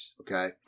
okay